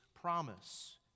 promise